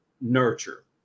nurture